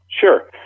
Sure